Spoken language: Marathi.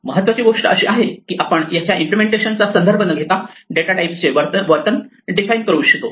महत्वाची गोष्ट अशी आहे की आपण याच्या इम्पलेमेंटेशन चा संदर्भ न घेता डेटा टाईप चे वर्तन डिफाइन करू इच्छितो